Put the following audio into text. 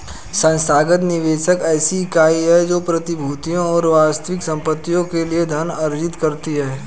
संस्थागत निवेशक ऐसी इकाई है जो प्रतिभूतियों और वास्तविक संपत्तियों के लिए धन अर्जित करती है